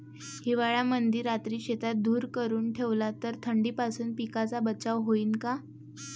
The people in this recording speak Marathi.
हिवाळ्यामंदी रात्री शेतात धुर करून ठेवला तर थंडीपासून पिकाचा बचाव होईन का?